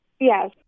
Yes